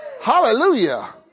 Hallelujah